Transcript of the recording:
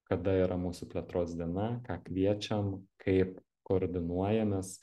kada yra mūsų plėtros diena ką kviečiam kaip koordinuojamės